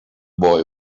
boy